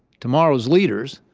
tomorrow's leaders,